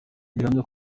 gihamya